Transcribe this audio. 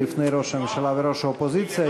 לפני ראש הממשלה וראש האופוזיציה,